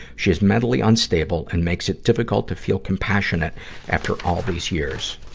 she is mentally unstable and makes it difficult to feel compassionate after all these years.